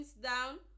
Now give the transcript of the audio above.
down